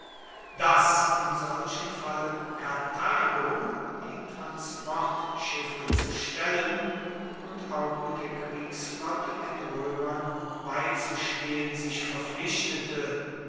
dass in solchem falle karthago die transportschiffe zu stellen und auch mit der kriegsflotte den roemern beizustehen sich verpflichte